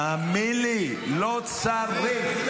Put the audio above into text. תאמין לי, לא צריך,